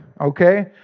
okay